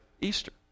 Easter